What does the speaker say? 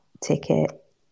ticket